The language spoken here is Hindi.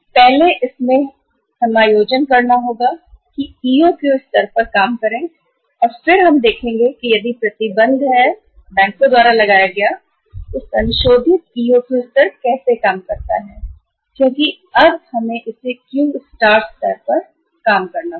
पहले हमें इसमें से EOQ स्तर को समायोजित करना होगा और फिर हम देखेंगे कि यदि प्रतिबंध हैं बैंक द्वारा लगाया गया तो संशोधित ईओक्यू स्तर पर कैसे काम करना है जो कि मैंने अभी आपको संरचना के अंदर दिखाया है